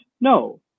No